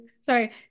Sorry